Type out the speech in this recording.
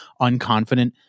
unconfident